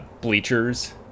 bleachers